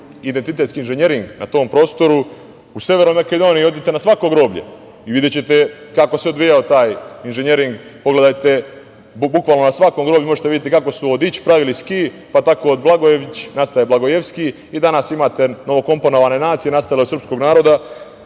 identitetski inženjering na tom prostoru.U Severnoj Makedoniji odite na svako groblje i videćete kako se odvijao taj inženjering. Pogledajte, bukvalno na svakom grobu možete da vidite kako su od „ić“ pravili „ski“ pa tako od Blagojević, nastaje Blagojevski i danas imate novokomponovane nacije nastale od srpskog naroda. Što